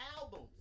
albums